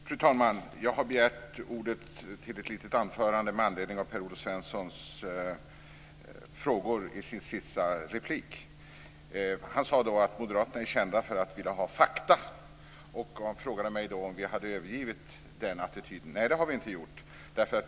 Fru talman! Jag har begärt ordet med anledning av de frågor som Per-Olof Svensson ställde. Han sade att moderaterna är kända för att de vill ha fakta och frågade om vi hade övergivit den attityden. Nej, det har vi inte gjort.